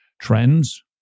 Trends